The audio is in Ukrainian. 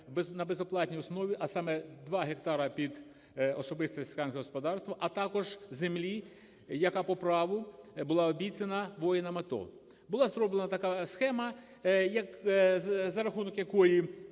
на безоплатні основі, а саме 2 гектари під особисте селянське господарство, а також землі, яка по праву була обіцяна воїнам АТО. Була зроблена така схема, за рахунок якої